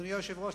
אדוני היושב-ראש,